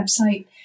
website